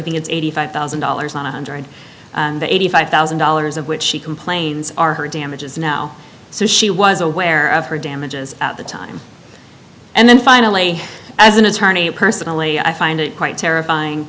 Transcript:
think it's eighty five thousand dollars on a hundred and eighty five thousand dollars of which she complains are her damages now so she was aware of her damages at the time and then finally as an attorney personally i find it quite terrifying